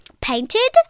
Painted